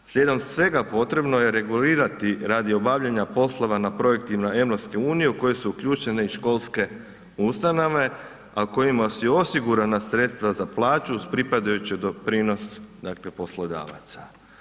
S lijedom svega potrebno je regulirati radi obavljanja poslova na projektima EU u koje su uključene i školske ustanove, a kojima su osigurana sredstva za plaću uz pripadajući doprinos poslodavaca.